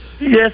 Yes